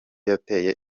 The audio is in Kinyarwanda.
yateye